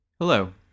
Hello